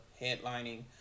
headlining